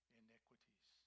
iniquities